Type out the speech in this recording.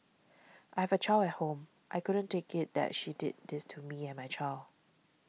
I have a child at home I couldn't take it that she did this to me and my child